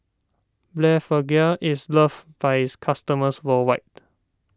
Blephagel is loved by its customers worldwide